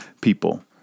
people